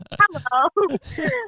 Hello